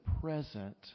present